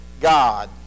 God